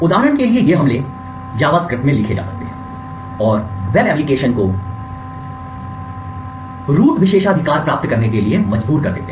उदाहरण के लिए ये हमले जावास्क्रिप्ट में लिखे जा सकते हैं और वेब एप्लिकेशन को रूट विशेषाधिकार प्राप्त करने के लिए मजबूर करते हैं